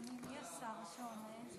מי השר שעונה?